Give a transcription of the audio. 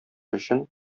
өчен